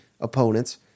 opponents